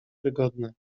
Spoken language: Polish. wygodne